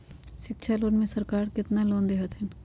शिक्षा लोन में सरकार केतना लोन दे हथिन?